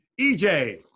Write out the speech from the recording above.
EJ